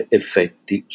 effetti